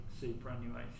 superannuation